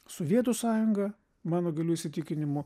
sovietų sąjunga mano giliu įsitikinimu